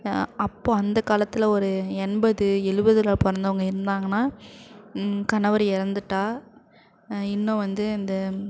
அப்போது அந்த காலத்தில் ஒரு எண்பது எழுவதுல பிறந்தவங்க இருந்தாங்கன்னால் கணவர் இறந்துட்டா இன்னும் வந்து இந்த